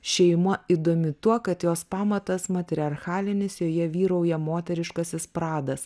šeima įdomi tuo kad jos pamatas matriarchalinis joje vyrauja moteriškasis pradas